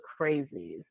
crazies